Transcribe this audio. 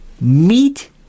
meet